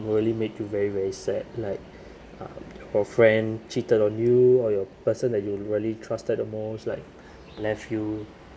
really made you very very sad like uh your friend cheated on you or your person that you are really trusted the most like left you